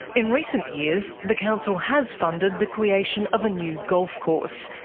in recent years, the council has funded the creation of a new golf course,